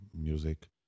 music